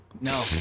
No